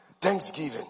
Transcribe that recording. thanksgiving